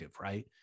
right